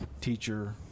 teacher